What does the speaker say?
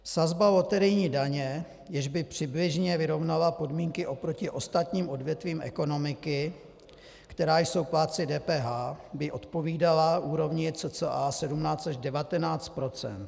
Sazba loterijní daně, jež by přibližně vyrovnala podmínky oproti ostatním odvětvím ekonomiky, která jsou plátci DPH, by odpovídala úrovni cca 17 až 19 %.